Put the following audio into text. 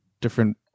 different